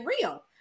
real